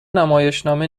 نمایشنامه